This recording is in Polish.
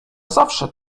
zawsze